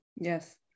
yes